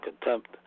contempt